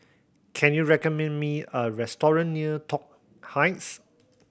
can you recommend me a restaurant near Toh Heights